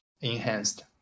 enhanced